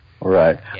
Right